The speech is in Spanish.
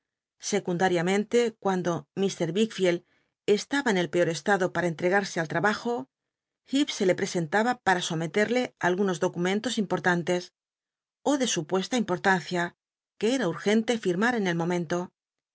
secundaiamcnte cuando wickficld estaba en el peor estado pam entregarse al trab j o lleep se le presentaba pam sometede algunos documentos impotantes de supuesta importancia ue era urgente lma en el momento